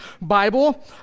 Bible